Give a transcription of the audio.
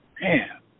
man